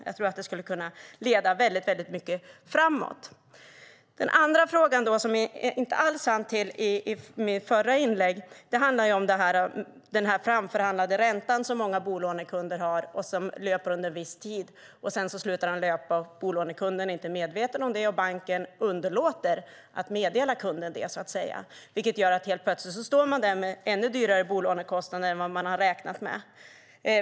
Jag tror att det skulle kunna leda väldigt mycket framåt. Den andra fråga som jag inte alls hann fram till i mitt förra inlägg handlar om den framförhandlade ränta som många bolånekunder har och som löper under viss tid. Sedan slutar den löpa, bolånekunden är inte medveten om det, och banken underlåter att meddela kunden det. Det gör att man helt plötsligt står där med ännu dyrare bolånekostnader än man har räknat med.